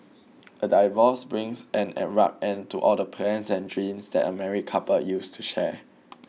a divorce brings an abrupt end to all the plans and dreams that a married couple used to share